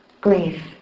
grief